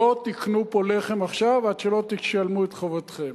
לא תקנו פה לחם עכשיו עד שלא תשלמו את חובכם.